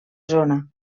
zona